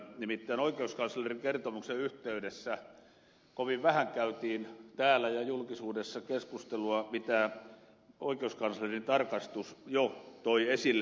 nimittäin oikeuskanslerin kertomuksen yhteydessä kovin vähän käytiin täällä ja julkisuudessa keskustelua siitä mitä oikeuskanslerin tarkastus jo toi esille vaalirahoituksen ilmoitusvelvollisuudesta